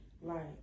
right